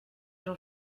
j’en